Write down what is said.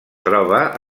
troba